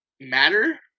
matter